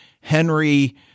henry